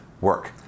work